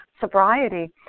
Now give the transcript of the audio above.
sobriety